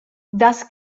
das